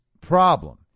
problem